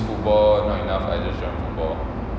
football not enough then I just join football